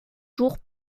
jours